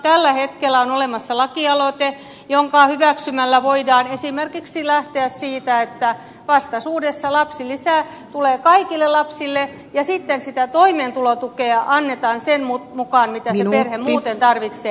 tällä hetkellä on olemassa lakialoite jonka hyväksymällä voidaan esimerkiksi lähteä siitä että vastaisuudessa lapsilisä tulee kaikille lapsille ja sitten sitä toimeentulotukea annetaan sen mukaan mitä se perhe muuten tarvitsee